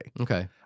Okay